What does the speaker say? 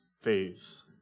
phase